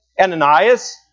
Ananias